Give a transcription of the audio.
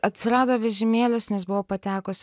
atsirado vežimėlis nes buvau patekus